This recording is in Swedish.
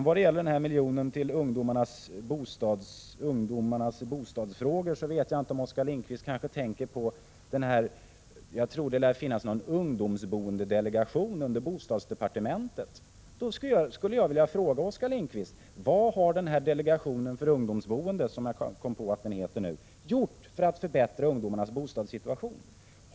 Vad gäller miljonprogrammet för ungdomarnas bostadsfrågor vet jag inte om Oskar Lindkvist möjligen tänker på en delegation för ungdomsboende som lär finnas inom bostadsdepartementet, men i så fall skulle jag vilja fråga Oskar Lindkvist: Vad har delegationen för ungdomsboende gjort för att förbättra ungdomarnas bostadssituation?